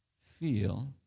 Feel